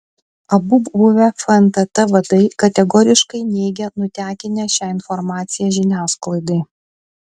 abu buvę fntt vadai kategoriškai neigia nutekinę šią informaciją žiniasklaidai